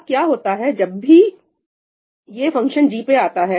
अब क्या होता है जब भी है फंक्शन g पे आता है